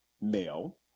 male